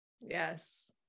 yes